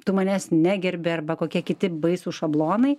tu manęs negerbi arba kokie kiti baisūs šablonai